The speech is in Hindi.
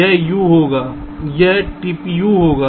यह U होगा यह tpU होगा